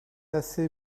assez